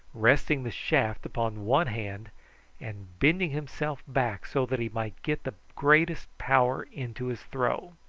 resting the shaft upon one hand and bending himself back so that he might get the greatest power into his throw.